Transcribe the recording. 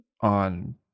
on